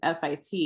FIT